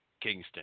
Kingston